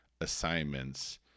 assignments